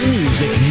music